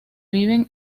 viven